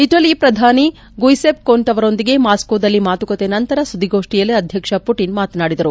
ಇಟಲಿಯ ಪ್ರಧಾನಿ Giuseppe Conte ಅವರೊಂದಿಗೆ ಮಾಸ್ಕೋದಲ್ಲಿ ಮಾತಕತೆಯ ನಂತರ ಸುದ್ದಿಗೋಷ್ಠಿಯಲ್ಲಿ ಅಧ್ಯಕ್ಷ ಪುಟಿನ್ ಮಾತನಾಡಿದರು